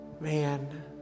man